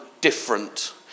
different